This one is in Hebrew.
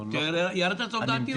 ירדת לסוף דעתי?